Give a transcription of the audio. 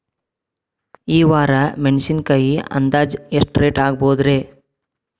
ಈ ವಾರ ಮೆಣಸಿನಕಾಯಿ ಅಂದಾಜ್ ಎಷ್ಟ ರೇಟ್ ಆಗಬಹುದ್ರೇ?